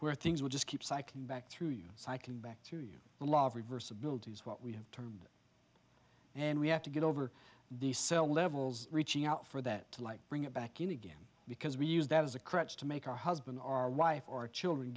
where things will just keep cycling back through cycling back to you and love reversibility is what we have turned and we have to get over the cell levels reaching out for that like bring it back in again because we use that as a crutch to make our husband or wife or children